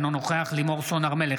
אינו נוכח לימור סון הר מלך,